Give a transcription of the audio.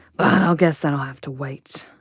but i'll guess that'll have to wait.